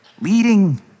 leading